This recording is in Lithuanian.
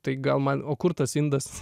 tai gal man o kur tas indas